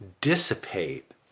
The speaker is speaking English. dissipate